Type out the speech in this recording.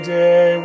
day